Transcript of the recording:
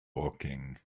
woking